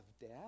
death